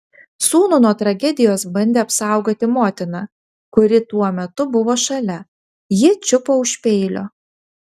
sūnų nuo tragedijos bandė apsaugoti motina kuri tuo metu buvo šalia ji čiupo už peilio